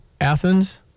Athens